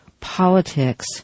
politics